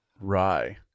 Rye